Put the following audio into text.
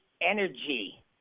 Energy